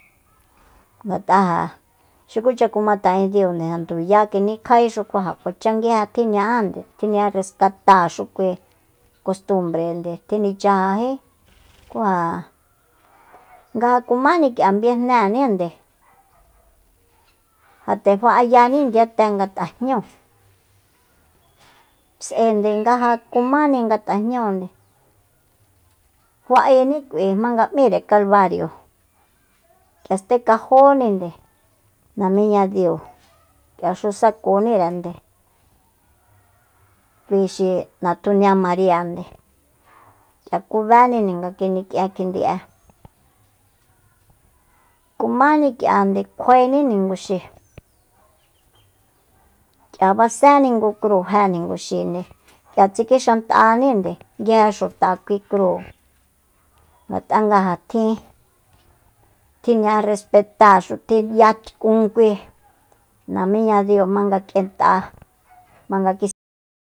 Ngat'a ja xukucha kumata'en diunde ja nduyá kinikjaéxu ku ja kuacha nguije tjiña'ánde tjiña'a rescatáaxu kui kostumbrende tjinichajají nga ja kumáni k'ia nga viejnéenínde ja nde fa'ayani ndiyate nga tajnúu s'aende nga ja kumáni nga tajñúunde fa'ení k'ui jmanga m'íre kalbario k'ia stekajóninde namíña diu k'ia xu sakunírende kuixi natjunia mariande k'ia kubéni nga kinik'ién kjindi'e kumani k'ia kjuaeni ninguxi k'ia basénni ngu kru je ninguxinde k'ia tsikixant'aní nguije xxuta kui crúu ngat'a nga ja tjin- tjiña'a respetáa xu tjiyatkun kui namíñadiu jmanga k'ient'a jmanga ki'se